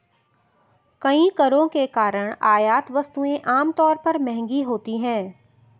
कई करों के कारण आयात वस्तुएं आमतौर पर महंगी होती हैं